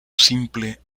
simple